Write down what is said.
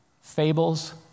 fables